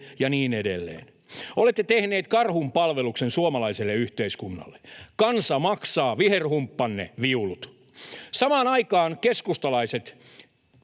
ja niin edelleen. Olette tehneet karhunpalveluksen suomalaiselle yhteiskunnalle. Kansa maksaa viherhumppanne viulut. Samaan aikaan keskustalaiset